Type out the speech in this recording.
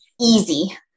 easy